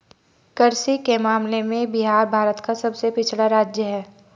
कृषि के मामले में बिहार भारत का सबसे पिछड़ा राज्य है